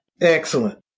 Excellent